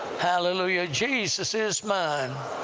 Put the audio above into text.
hallelujah, jesus is mine!